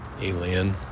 alien